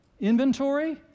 inventory